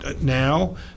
Now